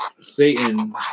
Satan